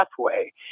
pathway